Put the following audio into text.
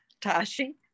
Tashi